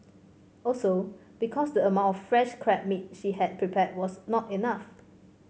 also because the amount of fresh crab meat she had prepared was not enough